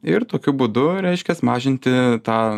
ir tokiu būdu reiškias mažinti tą